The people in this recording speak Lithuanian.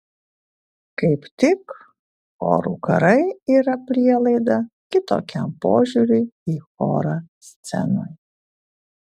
kaip tik chorų karai yra prielaida kitokiam požiūriui į chorą scenoje